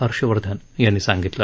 हर्षवर्धन यांनी सांगितलं